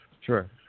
Sure